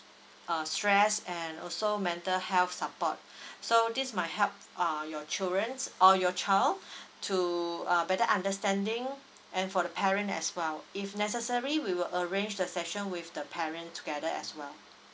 uh stress and also mental health support so this might help err your children or your child to a better understanding and for the parent as well if necessary we will arrange the session with the parent together as well